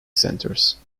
centres